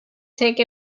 take